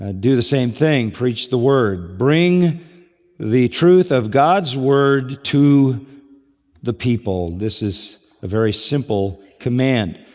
ah do the same thing, preach the word. bring the truth of god's word to the people. this is a very simple command.